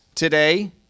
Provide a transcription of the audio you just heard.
Today